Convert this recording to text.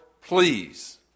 please